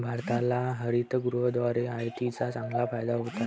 भारताला हरितगृहाद्वारे आयातीचा चांगला फायदा होत आहे